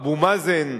אבו מאזן,